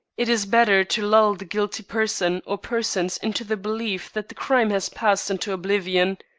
it is better to lull the guilty person or persons into the belief that the crime has passed into oblivion.